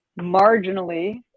marginally